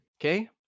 okay